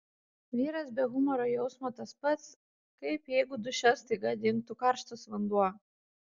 vyras be humoro jausmo tas pats kaip jeigu duše staiga dingtų karštas vanduo